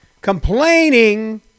complaining